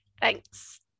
Thanks